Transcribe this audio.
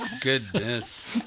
goodness